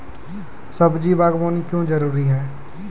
सब्जी बागवानी क्यो जरूरी?